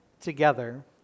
together